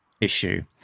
issue